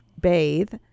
bathe